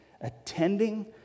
Attending